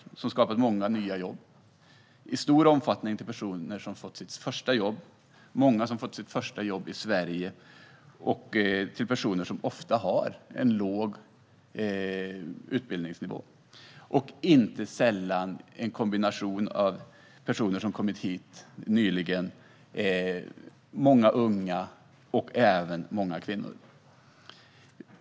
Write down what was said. Detta har skapat många nya jobb, till stor del till personer som fått sitt första jobb eller som har fått sitt första jobb i Sverige och till personer som ofta har en låg utbildningsnivå. Inte sällan rör det sig om en kombination av personer som kommit hit nyligen, många unga och många kvinnor.